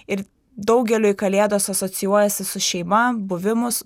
ir daugeliui kalėdos asocijuojasi su šeima buvimus